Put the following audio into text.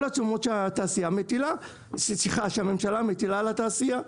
כל התשומות שהממשלה מטילה על התעשייה.